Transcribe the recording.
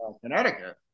Connecticut